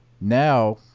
now